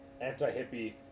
anti-hippie